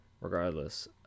regardless